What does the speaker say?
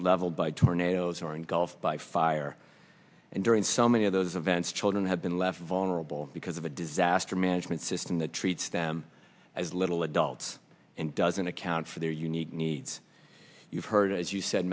leveled by tornadoes or engulfed by fire and during so many of those events children have been left vulnerable because of a disaster management system that treats them as little adults and doesn't account for their unique needs you've heard as you said